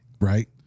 right